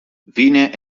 vine